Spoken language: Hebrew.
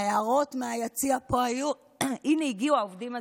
ההערות מהיציע פה היו: הינה הגיעו העובדים הזרים.